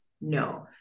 No